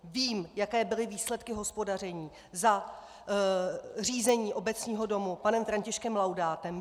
Vím, jaké byly výsledky hospodaření za řízení Obecního domu panem Františkem Laudátem.